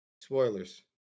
Spoilers